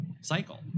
cycle